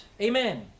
Amen